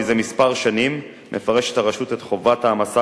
זה כמה שנים הרשות מפרשת את חובת ההעמסה